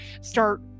start